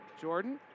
Jordan